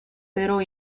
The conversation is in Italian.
però